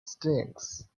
stinks